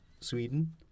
Sweden